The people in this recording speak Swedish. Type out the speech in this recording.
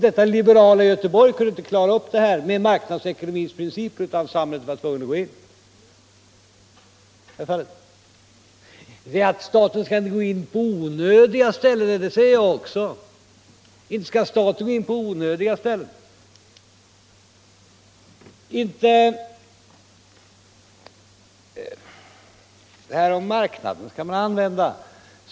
Det liberala Göteborg kunde inte klara upp detta med marknadsekonomins principer, utan samhället var tvunget att gå in. Att staten inte skall gå in i onödan, det säger jag också.